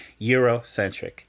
eurocentric